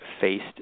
Faced